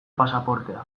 pasaportea